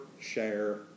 share